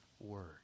word